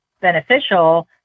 beneficial